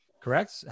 Correct